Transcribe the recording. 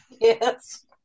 Yes